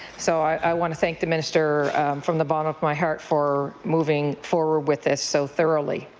so i want to thank the minister from the bottom of my heart for moving forward with this so thoroughly.